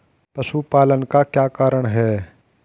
पशुपालन का क्या कारण है?